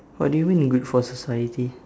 what do you mean good for society